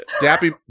Dappy